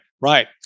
right